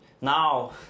now